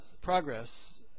progress